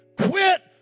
quit